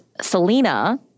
Selena